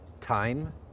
time